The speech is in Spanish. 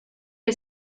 que